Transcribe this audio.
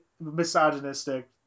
misogynistic